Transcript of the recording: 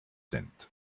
tent